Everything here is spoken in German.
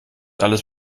alles